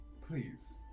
please